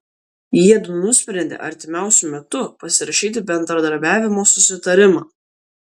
jiedu nusprendė artimiausiu metu pasirašyti bendradarbiavimo susitarimą